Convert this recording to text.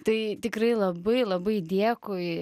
tai tikrai labai labai dėkui